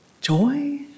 Joy